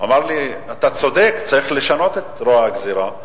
והוא אמר לי: אתה צודק, צריך לשנות את רוע הגזירה.